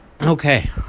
Okay